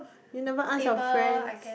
you never ask your friends